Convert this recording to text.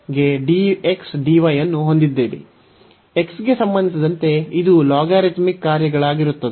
x ಗೆ ಸಂಬಂಧಿಸಿದಂತೆ ಇದು ಲಾಗರಿಥಮಿಕ್ ಕಾರ್ಯಗಳಾಗಿರುತ್ತದೆ